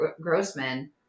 Grossman